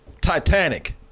Titanic